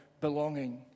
belonging